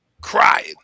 crying